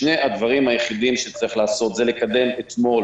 שני הדברים היחידים שצריך לעשות זה לקדם אתמול